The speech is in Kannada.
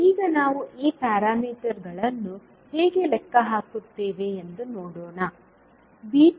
ಈಗ ನಾವು ಈ ಪ್ಯಾರಾಮೀಟರ್ಗಳನ್ನು ಹೇಗೆ ಲೆಕ್ಕ ಹಾಕುತ್ತೇವೆ ಎಂದು ನೋಡೋಣ